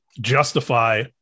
justify